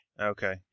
Okay